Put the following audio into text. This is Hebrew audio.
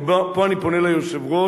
ופה אני פונה אל היושב-ראש,